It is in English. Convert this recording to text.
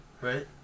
right